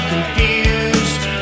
Confused